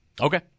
Okay